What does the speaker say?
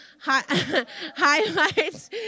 Highlights